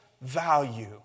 value